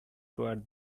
toward